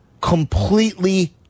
completely